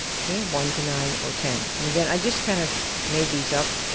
okay, one to nine or ten. and again, i just kind of made these up.